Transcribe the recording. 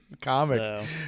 comic